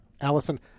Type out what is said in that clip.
Allison